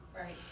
Right